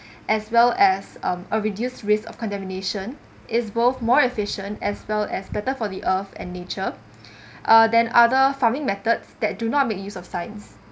as well as (um)a reduced risk of contamination is both more efficient as well as better for the earth and nature uh than other farming methods that do not make use of